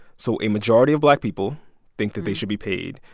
so a majority of black people think that they should be paid,